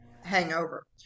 hangover